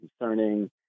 concerning